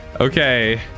Okay